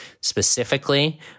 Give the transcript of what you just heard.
specifically